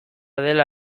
dela